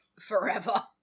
forever